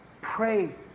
Pray